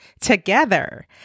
together